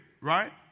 right